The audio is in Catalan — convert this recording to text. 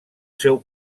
seu